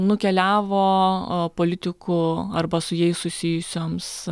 nukeliavo politikų arba su jais susijusioms